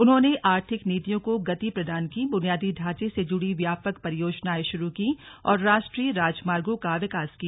उन्होंने आर्थिक नीतियों को गति प्रदान की बुनियादी ढांचे से जुड़ी व्याहपक परियोजनाएं शुरु कीं और राष्ट्रीय राजमार्गों का विकास किया